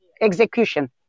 execution